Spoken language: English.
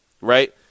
right